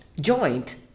joint